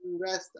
rest